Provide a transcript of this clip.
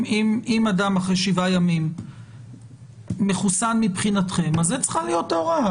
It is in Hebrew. אם אדם אחרי שבעה ימים מחוסן מבחינתכם אז זו צריכה להיות ההוראה,